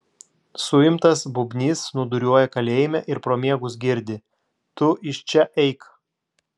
suimtas bubnys snūduriuoja kalėjime ir pro miegus girdi tu iš čia eik